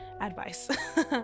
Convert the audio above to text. advice